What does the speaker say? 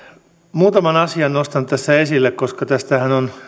muutaman asian nostan tässä esille